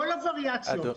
כל הווריאציות.